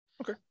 Okay